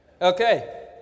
Okay